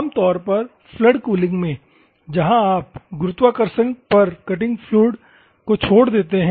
आम तौर पर फ्लड कूलिंग में जहां आप गुरुत्वाकर्षण के आधार पर कटिंग फ्लूइड को छोड़ देते हैं